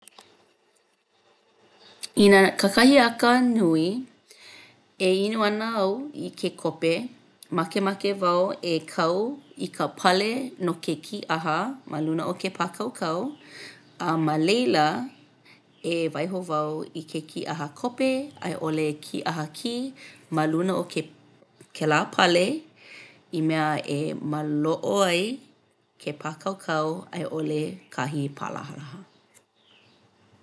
I nā kakahiaka nui, e inu ana au i ke kope makemake au e kau i ka pale no ke kīʻaha ma luna o ke pākaukau a ma laila e waiho wau i ke kīʻaha kope a i ʻole kīʻaha kī ma luna o ke...kēlā pale i mea e māloʻo ai ke pākaukau a i ʻole kahi pālahalaha.